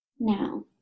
Now